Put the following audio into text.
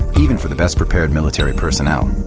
even for the best prepared military personnel.